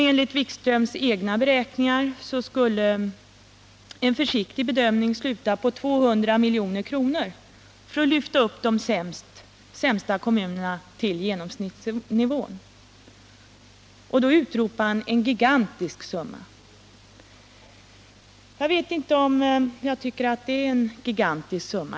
Enligt Wikström skulle en försiktig beräkning sluta på 200 miljoner för att lyfta de sämsta kommunerna upp till genomsnittsnivån. ”En gigantisk summa”, utropar han. Jag vet inte det.